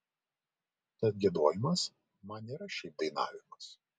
tad giedojimas man nėra šiaip dainavimas